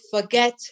forget